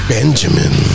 Benjamin